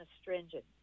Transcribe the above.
astringent